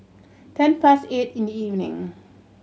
ten past eight in the evening